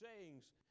sayings